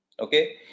Okay